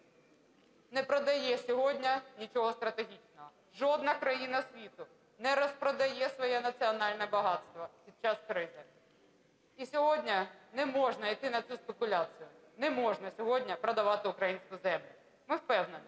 не продає сьогодні нічого стратегічного, жодна країна світу не розпродає своє національне багатство під час кризи. І сьогодні не можна йти на цю спекуляцію, не можна сьогодні продавати українську землю. Ми впевнені,